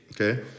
Okay